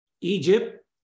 Egypt